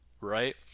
right